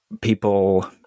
people